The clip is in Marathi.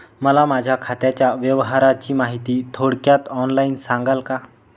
मला माझ्या खात्याच्या व्यवहाराची माहिती थोडक्यात ऑनलाईन सांगाल का?